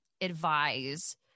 advise